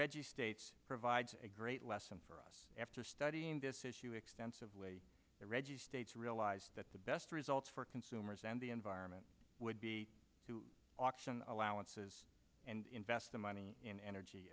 red states provides a great lesson for us after studying this issue extensive way states realize that the best results for consumers and the environment would be to auction allowances and invest the money in energy